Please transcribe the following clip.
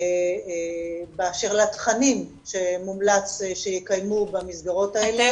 באשר לתכנים שמומלץ שיקיימו במסגרות האלה,